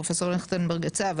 פרופ' ליכטנברג הציע,